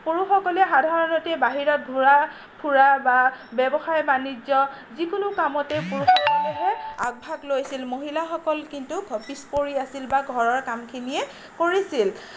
পুৰুষসকলে সাধাৰণতে বাহিৰত ঘূৰা ফুৰা বা ব্যৱসায় বাণিজ্য যিকোনো কামতেই পুৰুষসকলেহে আগভাগ লৈছিল মহিলাসকল কিন্তু পিছপৰি আছিল বা ঘৰৰ কামখিনিয়েই কৰিছিল